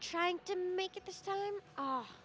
trying to make it this time oh